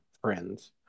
friends